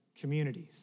communities